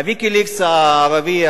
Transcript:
ה"ויקיליקס" הערבי,